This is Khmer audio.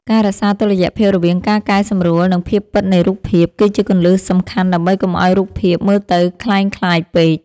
ការរក្សាតុល្យភាពរវាងការកែសម្រួល និងភាពពិតនៃរូបភាព គឺជាគន្លឹះសំខាន់ដើម្បីកុំឱ្យរូបភាពមើលទៅក្លែងក្លាយពេក។